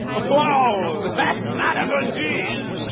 whoa! that's not a good cheese.